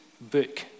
book